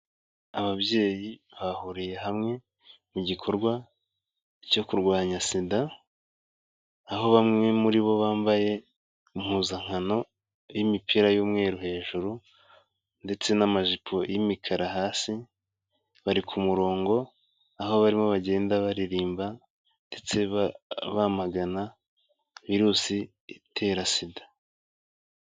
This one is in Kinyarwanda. Ababyeyi bahuriye hamwe mu gikorwa cyo kurwanya SIDA, aho bamwe muri bo bambaye impuzankano y'imipira y'umweru hejuru ,ndetse n'amajipo y'imikara hasi, bari ku murongo, aho barimo bagenda baririmba ndetse bamagana Virusi itera SIDA.